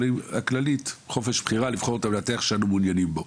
כללית לבחור את המנתח שאנו מעוניינים בו.